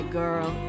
girl